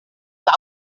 zur